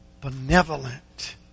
benevolent